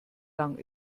lang